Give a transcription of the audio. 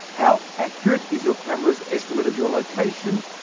how accurate is your camera's estimate of your location,